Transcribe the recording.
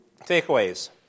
Takeaways